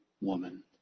woman